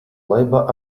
labour